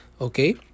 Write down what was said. Okay